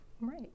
right